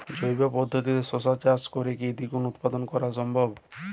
জৈব পদ্ধতিতে শশা চাষ করে কি দ্বিগুণ উৎপাদন করা সম্ভব?